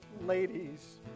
ladies